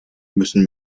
müssen